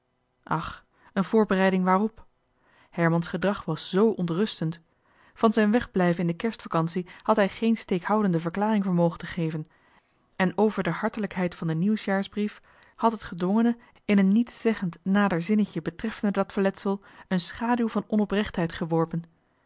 ach een voorbereiding waarop herman's gedrag was z ontrustend van zijn wegblijven in de kerst vacantie had hij geen steekhoudende verklaring vermogen te geven en over de hartelijkheid van den nieuwjaarsbrief had het gedwongene in een nietszeggend nader zinnetje betreffende dat verletsel een schaduw van onoprechtheid geworpen